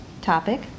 topic